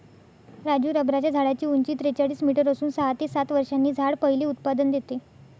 राजू रबराच्या झाडाची उंची त्रेचाळीस मीटर असून सहा ते सात वर्षांनी झाड पहिले उत्पादन देते